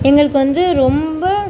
எங்களுக்கு வந்து ரொம்ப